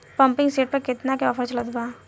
Pumping set पर केतना के ऑफर चलत बा?